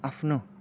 आफ्नो